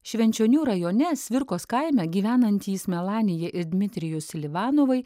švenčionių rajone svirkos kaime gyvenantys melanija ir dmitrijus silivanovai